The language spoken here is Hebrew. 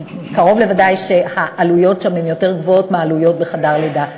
כי קרוב לוודאי שהעלויות שם יותר גבוהות מהעלויות בחדר לידה רגיל.